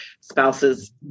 spouses